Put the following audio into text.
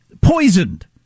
poisoned